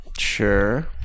Sure